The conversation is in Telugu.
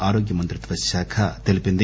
ఆరోగ్యమంత్రిత్వశాఖ తెలిపింది